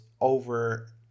over